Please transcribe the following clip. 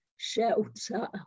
Shelter